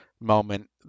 moment